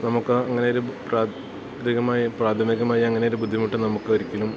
നമുക്ക് അങ്ങനെ ഒരു പ്രാഥമികമായി അങ്ങനെ ഒരു ബുദ്ധിമുട്ട് നമുക്ക് ഒരിക്കലും